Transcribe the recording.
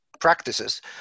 practices